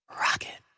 rocket